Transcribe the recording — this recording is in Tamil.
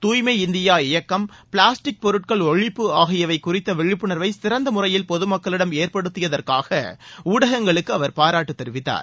தாய்மை இந்தியா இயக்கம் பிளாஸ்டிக் பொருட்கள் ஒழிப்பு ஆகியவை குறித்த விழிப்புணர்வை சிறந்த முறையில் பொது மக்களிடம் ஏற்படுத்தியதற்காக ஊடகங்களுக்கு அவர் பாராட்டு தெரிவித்தார்